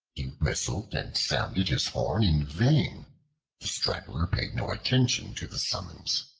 whistled and sounded his horn in vain straggler paid no attention to the summons.